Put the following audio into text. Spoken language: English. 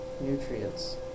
nutrients